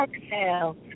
Exhale